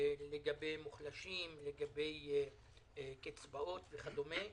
לגבי מוחלשים, לגבי קצבאות וכדומה.